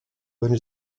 będzie